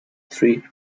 three